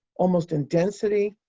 almost in density.